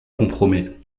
compromet